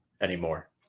anymore